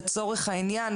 לצורך העניין,